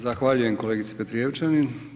Zahvaljujem kolegice Petrijevčanin.